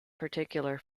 particular